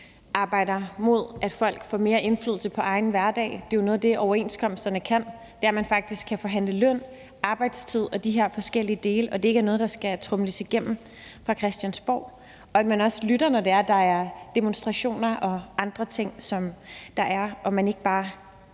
modarbejder, at folk får mere indflydelse på egen hverdag. Det er jo noget af det, overenskomsterne kan, nemlig at man faktisk kan forhandle løn, arbejdstid og de her forskellige dele, og at det ikke er noget, der skal tromles igennem fra Christiansborg, men at man lytter også, når der er demonstrationer og andre ting, og ikke bare